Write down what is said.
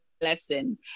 lesson